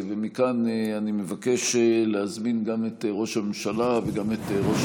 מכאן אני מבקש להזמין את ראש הממשלה וגם את ראש